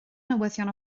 newyddion